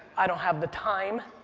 i don't have the time.